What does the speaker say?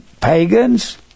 pagans